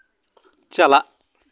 ᱪᱟᱞᱟᱜ